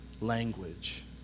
language